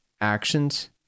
actions